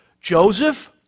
Joseph